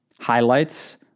highlights